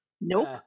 Nope